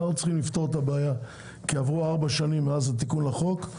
אנחנו צריכים לפתור את הבעיה כי עברו ארבע שנים מאז התיקון לחוק,